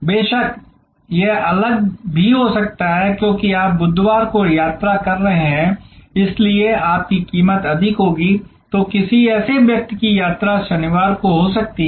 बेशक यह अलग भी हो सकता है क्योंकि आप बुधवार को यात्रा कर रहे हैं और इसलिए आपकी कीमत अधिक होगी तो किसी ऐसे व्यक्ति की यात्रा शनिवार को हो सकती है